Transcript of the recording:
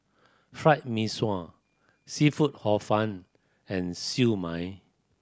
Fried Mee Sua seafood Hor Fun and Siew Mai